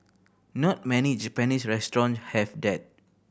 not many Japanese restaurant have that